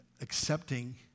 accepting